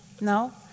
No